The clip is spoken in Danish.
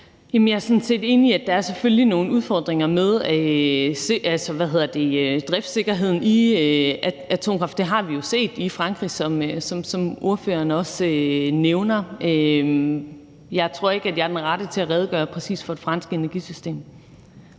Jeg er sådan set enig i, at der selvfølgelig er nogle udfordringer med driftssikkerheden i atomkraft. Det har vi jo set i Frankrig, som ordføreren også nævner. Jeg tror ikke, at jeg er den rette til at redegøre præcist for det franske energisystem.